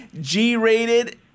G-rated